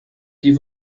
die